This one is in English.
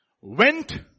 Went